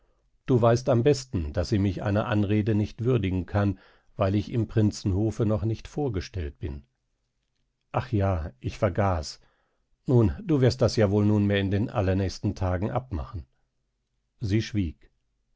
du weißt am besten daß sie mich einer anrede nicht würdigen kann weil ich im prinzenhofe noch nicht vorgestellt bin ach ja ich vergaß nun du wirst das ja wohl nunmehr in den allernächsten tagen abmachen sie schwieg